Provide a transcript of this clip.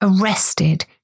arrested